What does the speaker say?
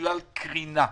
בגלל קרינה.